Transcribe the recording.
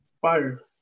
Fire